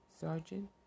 Sergeant